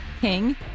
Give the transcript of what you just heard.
king